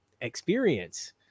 experience